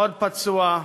עוד פצוע,